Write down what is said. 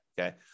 Okay